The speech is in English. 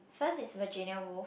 first is Virginia-Woolf